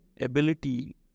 ability